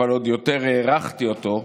אבל עוד יותר הערכתי אותו,